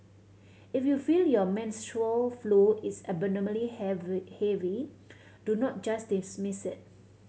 if you feel your menstrual flow is abnormally heavy do not just dismiss it